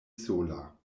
sola